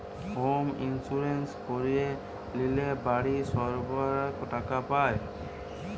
home insurance করিয়ে লিলে বাড়ি সারাবার টাকা পায়